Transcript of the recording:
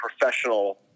professional